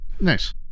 Nice